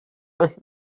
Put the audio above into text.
with